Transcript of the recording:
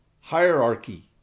hierarchy